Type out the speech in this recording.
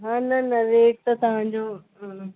हा हा न न रेट त तव्हां